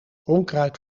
onkruid